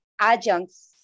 adjuncts